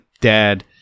dad